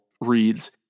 reads